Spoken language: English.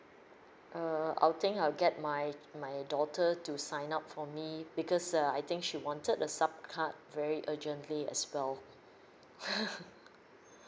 err I'll think I'll get my my daughter to sign up for me because uh I think she wanted a sup card very urgently as well